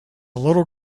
little